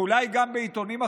ואולי גם בעיתונים אחרים.